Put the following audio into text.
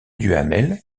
duhamel